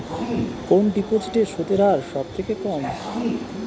কোন ডিপোজিটে সুদের হার সবথেকে কম?